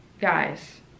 guys